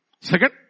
Second